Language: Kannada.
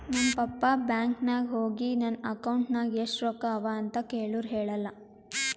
ನಮ್ ಪಪ್ಪಾ ಬ್ಯಾಂಕ್ ನಾಗ್ ಹೋಗಿ ನನ್ ಅಕೌಂಟ್ ನಾಗ್ ಎಷ್ಟ ರೊಕ್ಕಾ ಅವಾ ಅಂತ್ ಕೇಳುರ್ ಹೇಳಿಲ್ಲ